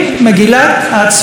מגילת העצמאות,